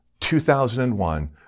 2001